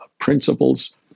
principles